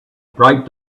bright